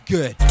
Good